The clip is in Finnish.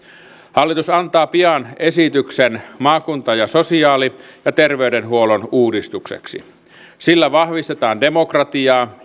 hallitus antaa pian esityksen maakunta ja sosiaali ja terveydenhuollon uudistukseksi sillä vahvistetaan demokratiaa